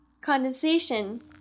Condensation